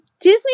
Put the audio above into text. Disney